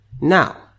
Now